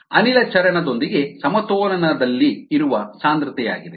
ಅನಿಲ ಚರಣ ದೊಂದಿಗೆ ಸಮತೋಲನದಲ್ಲಿ ಇರುವ ಸಾಂದ್ರತೆಯಾಗಿದೆ